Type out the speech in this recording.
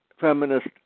feminist